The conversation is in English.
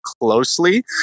closely